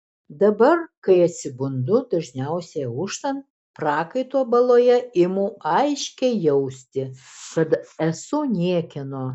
dabar kai atsibundu dažniausiai auštant prakaito baloje imu aiškiai jausti kad esu niekieno